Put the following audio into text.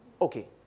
Okay